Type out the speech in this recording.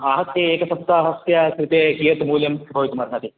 आहत्य एकसप्ताहस्य कृते कियत् मूल्यं भवितुमर्हति